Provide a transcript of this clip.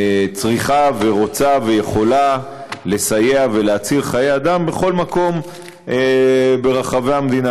צריכה ורוצה ויכולה לסייע ולהציל חיי אדם בכל מקום ברחבי המדינה,